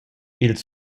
ils